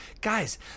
Guys